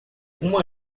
uma